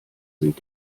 sind